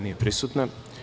Nije prisutna.